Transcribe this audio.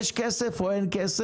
יש כסף או אין כסף?